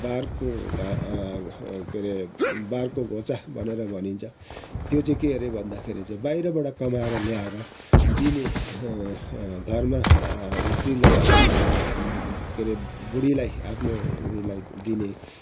बारको घाँ के अरे बारको घोचाँ भनेर भनिन्छ त्यो चाहिँ के अरे भन्दाखेरि चाहिँ बाहिरबाट कमाएर ल्याएर दिने घरमा स्त्रीलाई आफ्नो के अरे बुडीलाई आफ्नो उयोलाई दिने